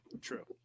True